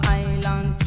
island